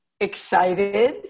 excited